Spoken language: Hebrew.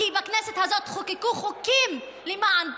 כי בכנסת הזאת חוקקו חוקים למען החיות.